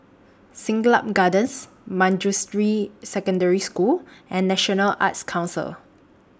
Siglap Gardens Manjusri Secondary School and National Arts Council